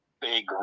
big